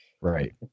Right